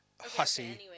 hussy